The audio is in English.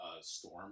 Storm